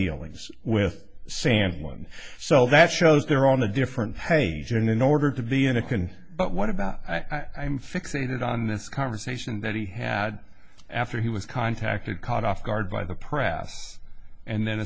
dealings with sam one so that shows they're on a different page and in order to be in a can but what about i'm fixated on this conversation that he had after he was contacted caught off guard by the press and then